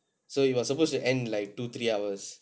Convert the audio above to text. so you were supposed to end like two three hours